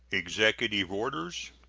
executive orders.